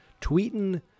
tweeting